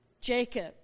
Jacob